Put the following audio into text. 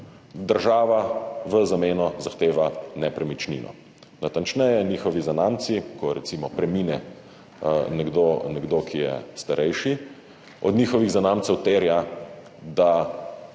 država v zameno zahteva nepremičnino. Natančneje – od njihovih zanamcev. Ko recimo premine nekdo, ki je starejši, od njihovih zanamcev terja, da